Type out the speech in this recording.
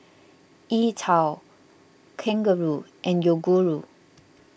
E twow Kangaroo and Yoguru